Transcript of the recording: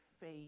faith